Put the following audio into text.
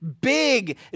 big